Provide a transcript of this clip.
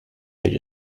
page